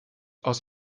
aus